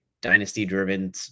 dynasty-driven